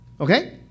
okay